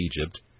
Egypt